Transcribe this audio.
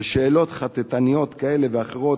ושאלות חטטניות כאלה ואחרות,